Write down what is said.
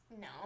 no